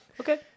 Okay